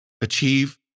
achieve